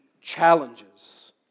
challenges